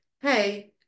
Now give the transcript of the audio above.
hey